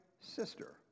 sister